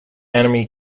enemy